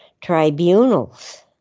tribunals